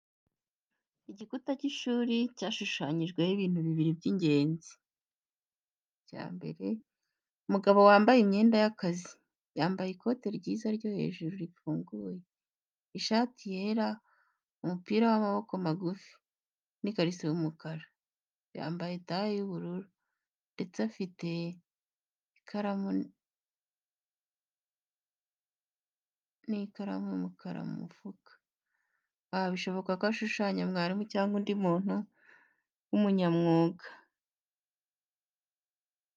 Igikuta cy’ishuri cyashushanyweho ibintu bibiri by’ingenzi: 1. Umugabo wambaye imyenda y’akazi: yambaye ikoti ryiza ryo hejuru rifunguye, ishati yera, umupira w’amaboko magufi, n’ikariso y’umukara. Yambaye taye y'ubururu, ndetse afite ikaramu n’ikaramu y’umukara mu mufuka. aha, bishoboka ko ashushanya mwarimu cyangwa undi muntu w’umunyamwuga.